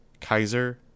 Kaiser